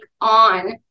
on